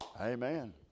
Amen